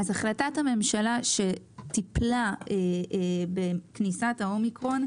אז החלטת הממשלה שטיפלה בכניסת האומיקרון,